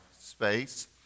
space